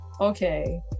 okay